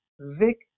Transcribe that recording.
Vic